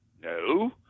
No